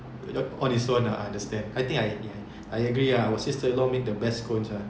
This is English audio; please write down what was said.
on its own ah understand I think I I agree ah our sister in law make the best scones ah